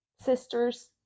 Sister's